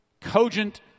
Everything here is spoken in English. cogent